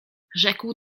rzekł